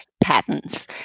patents